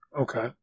Okay